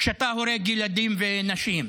כשאתה הורג ילדים ונשים.